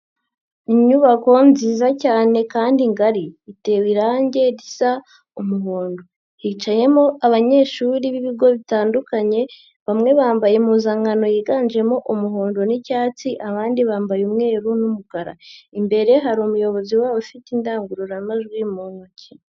Inyubako nziza cyane kandi ngari, itewe irangi risa umuhondo, hicayemo abanyeshuri b'ibigo bitandukanye, bamwe bambaye impuzankano yiganjemo umuhondo n'icyatsi, abandi bambaye umweru n'umukara, imbere hari umuyobozi wabo ufite indangururamajwi mu ntoki.